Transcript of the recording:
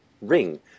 ring